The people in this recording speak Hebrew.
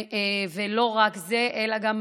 ולא רק זה אלא גם